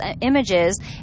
images